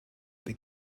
they